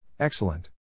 Excellent